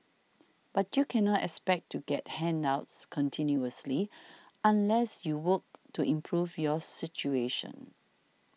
but you cannot expect to get handouts continuously unless you work to improve your situation